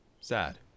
Sad